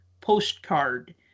postcard